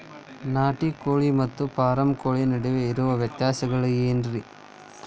ನಾಟಿ ಕೋಳಿ ಮತ್ತ ಫಾರಂ ಕೋಳಿ ನಡುವೆ ಇರೋ ವ್ಯತ್ಯಾಸಗಳೇನರೇ?